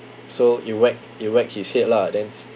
so it whack it whack his head lah then